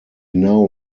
now